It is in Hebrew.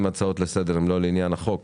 אם ההצעות לסדר הן לא לעניין הצעת החוק